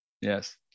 yes